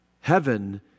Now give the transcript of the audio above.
Heaven